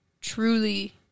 truly